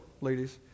ladies